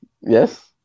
Yes